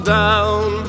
down